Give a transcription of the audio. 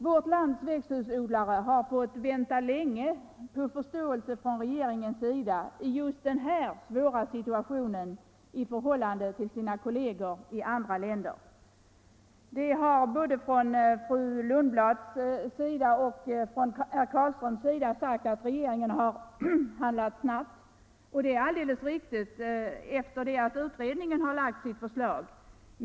Vårt lands växthusodlare har i förhållande till sina kolleger i andra länder fått vänta länge på förståelse från regeringen i denna svåra situation — längre än deras kolleger i andra länder har fått göra. Både fru Lundblad och herr Carlström har sagt — och det är alldeles riktigt — att regeringen handlat snabbt efter det att utredningen lagt fram sitt förslag.